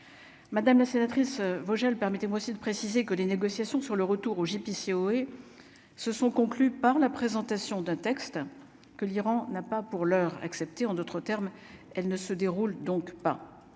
madame la sénatrice Vogel permettez-moi aussi de préciser que les négociations sur le retour au Pitiot et se sont conclus par la présentation d'un texte que l'Iran n'a pas pour l'heure, accepté en d'autres termes, elle ne se déroule donc pas,